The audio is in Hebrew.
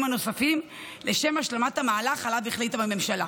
הנוספים לשם השלמת המהלך שעליו החליטה הממשלה.